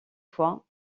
fois